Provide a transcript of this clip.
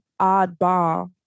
oddball